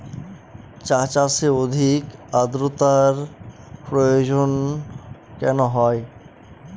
চা চাষে অধিক আদ্রর্তার প্রয়োজন কেন হয়?